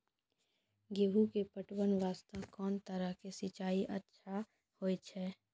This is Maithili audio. गेहूँ के पटवन वास्ते कोंन तरह के सिंचाई ज्यादा अच्छा होय छै?